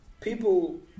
People